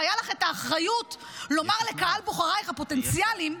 והייתה לך האחריות לומר לקהל בוחרייך הפוטנציאליים: